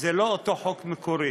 זה לא אותו חוק מקורי,